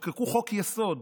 שחוקקו חוק-יסוד